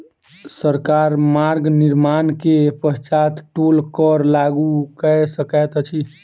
सरकार मार्ग निर्माण के पश्चात टोल कर लागू कय सकैत अछि